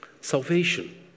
Salvation